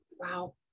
Wow